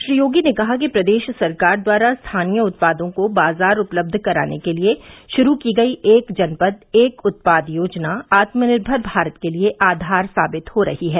श्री योगी ने कहा कि प्रदेश सरकार द्वारा स्थानीय उत्पादों को बाजार उपलब्ध कराने के लिए शुरू की गयी एक जनपद एक उत्पाद योजना आत्मनिर्मर भारत के लिए आधार साबित हो रही है